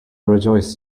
rejoice